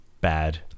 Bad